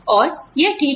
और यह ठीक है